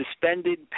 suspended